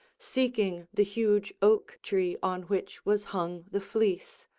seeking the huge oak tree on which was hung the fleece,